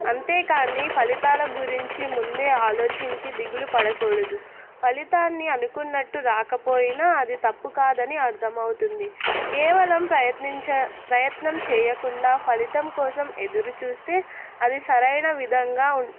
అంతేకానీ ఫలితాల గురించి ముందే ఆలోచించి దిగులు పడకూడదు ఫలితాన్ని అనుకున్నట్టు రాకపోయిన అది తప్పు కాదని అర్థమవుతుంది కేవలం ప్రయత్నించ ప్రయత్నం చేయకుండా ఫలితం కోసం ఎదురుచూస్తే అది సరైన విధంగా ఉ